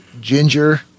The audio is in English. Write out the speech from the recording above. ginger